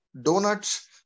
donuts